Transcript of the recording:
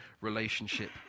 relationship